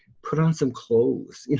put on some clothes.